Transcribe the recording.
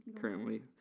currently